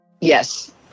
Yes